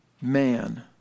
man